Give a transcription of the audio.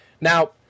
Now